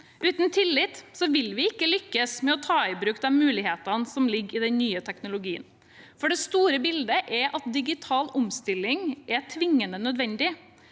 Uten tillit vil vi ikke lykkes med å ta i bruk de mulighetene som ligger i den nye teknologien. Det store bildet er at digital omstilling er tvingende nødvendig: